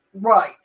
Right